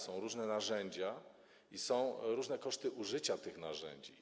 Są różne narzędzia i są różne koszty użycia tych narzędzi.